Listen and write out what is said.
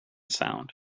sound